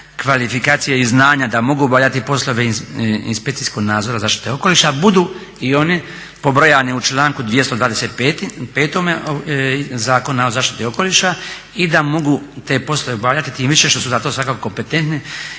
kvalifikacije i znanja da mogu obavljati poslove inspekcijskog nadzora zaštite okoliša budu i oni pobrojani u članku 225. Zakona o zaštiti okoliša i da mogu te poslove obavljati tim više što su za to svakako kompetentni